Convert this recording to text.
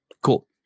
Cool